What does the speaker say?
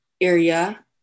area